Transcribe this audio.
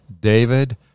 David